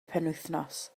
penwythnos